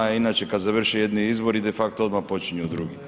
Ali inače kada završe jedni izbori de facto odmah počinju drugi.